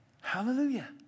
Hallelujah